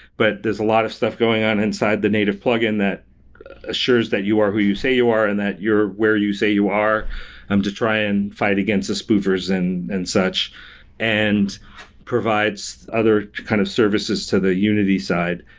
but there's a lot of stuff going on inside the native plug-in that assures that you are who you say you are and that where you say you are um to try and fight against the spoofers and and such and provides other kind of services to the unity side.